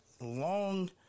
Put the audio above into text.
Long